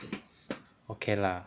okay lah